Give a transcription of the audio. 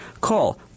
Call